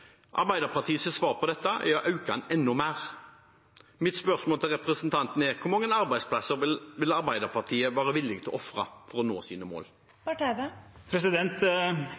svar på dette er å øke den enda mer. Mitt spørsmål til representanten er: Hvor mange arbeidsplasser vil Arbeiderpartiet være villig til å ofre for å nå sine mål?